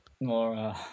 more